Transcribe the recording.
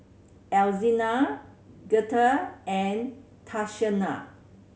Alzina Girtha and Tatiana